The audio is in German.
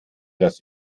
das